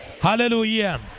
Hallelujah